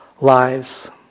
lives